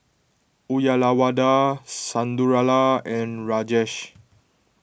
Uyyalawada Sundaraiah and Rajesh